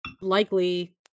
likely